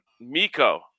Miko